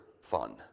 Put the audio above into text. fun